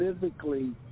physically